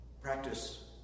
Practice